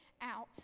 out